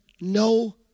no